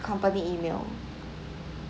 company email